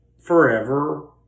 forever